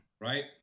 right